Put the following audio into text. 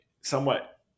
somewhat